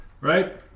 right